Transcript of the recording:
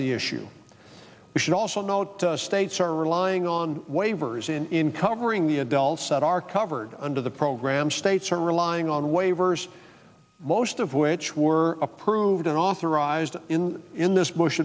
the issue we should also note the states are relying on waivers in covering the adults that are covered under the program states are relying on waivers most of which were approved and authorized in in this bush